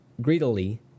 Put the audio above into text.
greedily